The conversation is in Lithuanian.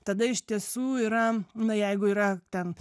tada iš tiesų yra na jeigu yra ten